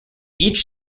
each